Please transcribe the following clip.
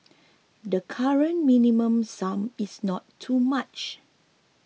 the current Minimum Sum is not too much